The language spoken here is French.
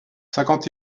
cinquante